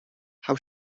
how